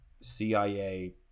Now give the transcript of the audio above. cia